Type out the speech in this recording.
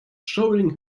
showing